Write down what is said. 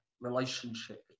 relationship